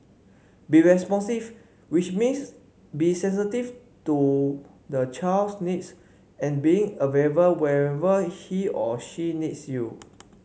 be responsive which means be sensitive to the child's needs and being available whenever he or she needs you